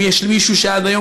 אם יש מישהו שעד היום,